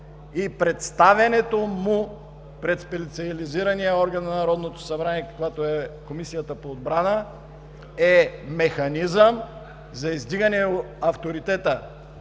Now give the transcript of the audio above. и представянето му пред специализирания орган на Народното събрание, каквато е Комисията по отбрана, е механизъм за издигане авторитета